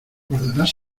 guardarás